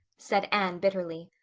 said anne bitterly.